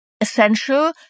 essential